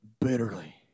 bitterly